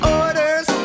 orders